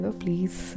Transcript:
please